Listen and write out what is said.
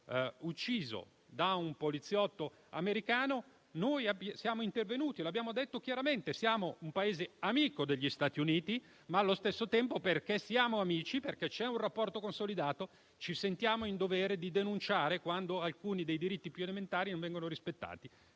ucciso da un poliziotto americano, noi siamo intervenuti e l'abbiamo detto chiaramente: siamo un Paese amico degli Stati Uniti, ma allo stesso tempo - perché siamo amici e c'è un rapporto consolidato - ci sentiamo in dovere di denunciare quando alcuni dei diritti più elementari non vengono rispettati.